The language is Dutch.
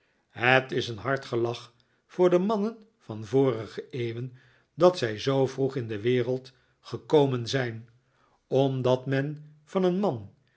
het is een hard gelag voor de mannen van vorige eeuwen dat zij zoo vroeg in de wereld gekomen zijn omdat men van een man